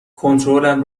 کنترلم